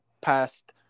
past